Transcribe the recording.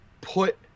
put